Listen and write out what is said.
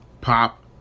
pop